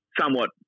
somewhat